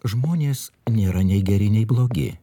žmonės nėra nei geri nei blogi